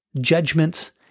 judgments